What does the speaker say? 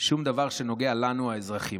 שום דבר שנוגע לנו, האזרחים.